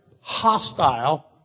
hostile